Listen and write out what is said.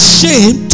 shame